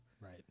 Right